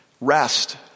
Rest